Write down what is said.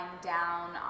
down